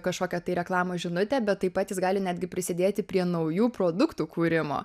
kažkokią tai reklamos žinutę bet taip pat jis gali netgi prisidėti prie naujų produktų kūrimo